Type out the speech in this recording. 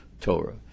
Torah